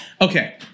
Okay